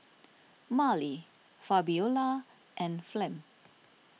Marley Fabiola and Flem